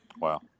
Wow